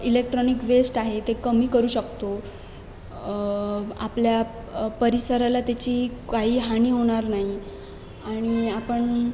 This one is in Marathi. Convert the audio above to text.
इलेक्ट्रॉनिक वेस्ट आहे ते कमी करू शकतो आपल्या परिसराला त्याची काही हानी होणार नाही आणि आपण